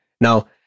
Now